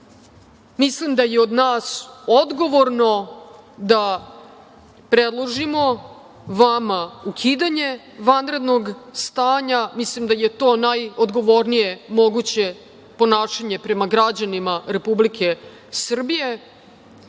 Mislim da je od nas odgovorno da predložimo vama ukidanje vanrednog stanje, mislim da je to najodgovornije moguće ponašanje prema građanima Republike Srbije.